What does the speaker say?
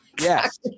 Yes